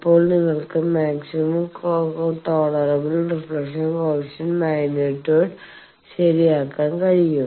ഇപ്പോൾ നിങ്ങൾക്ക് maximum tolerable reflection coefficient magnitude ശരിയാക്കാൻ കഴിയും